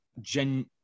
gen